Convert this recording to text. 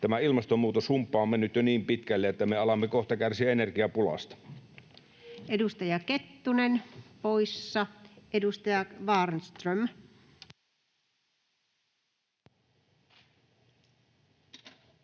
Tämä ilmastonmuutoshumppa on mennyt jo niin pitkälle, että me alamme kohta kärsiä energiapulasta. Edustaja Kettunen poissa. — Edustaja Kvarnström. Ärade